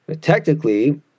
technically